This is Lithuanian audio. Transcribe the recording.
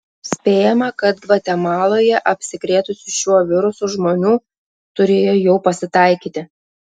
spėjama kad gvatemaloje apsikrėtusių šiuo virusu žmonių turėjo jau pasitaikyti